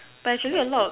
but actually a lot of